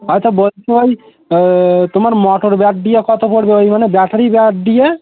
আচ্ছা বলছি ওই তোমার মটর গিয়ার দিয়ে কতো পড়বে ওই মানে ব্যাটারি গিয়ার দিয়ে